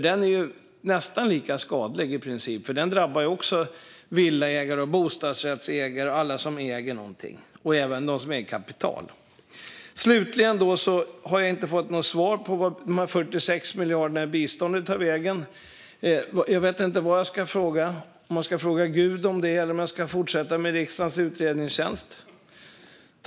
Den är i princip lika skadlig, för den drabbar också villa och bostadsrättsägare och alla som äger någonting, även dem som äger kapital. Slutligen har jag inte fått något svar på var de 46 biståndsmiljarderna tar vägen. Jag vet inte vem jag ska fråga, om jag ska fråga gud om det eller om jag ska fortsätta med riksdagens utredningstjänst.